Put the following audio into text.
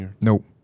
Nope